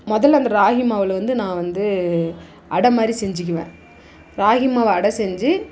முதல்ல அந்த ராகி மாவில் வந்து நான் வந்து அடை மாதிரி செஞ்சுக்கிவேன் ராகி மாவு அடை செஞ்சு